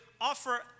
offer